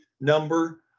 number